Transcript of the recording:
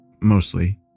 mostly